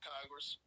Congress